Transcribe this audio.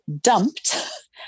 dumped